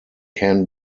can